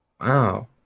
Wow